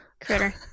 critter